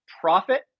profit